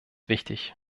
wichtig